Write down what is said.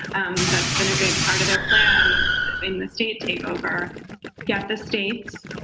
and that's been a big part of their plan in the state takeover get the states.